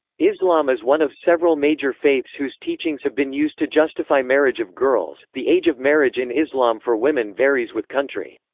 islam is one of several major faiths whose teachings have been used to justify marriage of girls the age of marriage in islam for women varies with country.